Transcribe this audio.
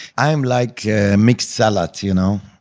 i'm like mixed salad, you know?